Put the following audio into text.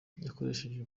yakoresheje